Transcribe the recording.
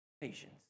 Patience